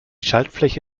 schaltfläche